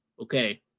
Okay